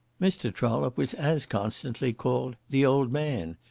mr. trollope was as constantly called the old man,